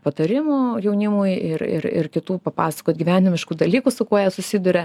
patarimų jaunimui ir ir kitų papasakoti gyvenimiškų dalykų su kuo jie susiduria